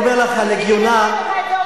אני אומר לך על הגיונה של